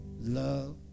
love